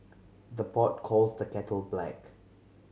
the pot calls the kettle black